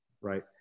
right